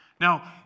Now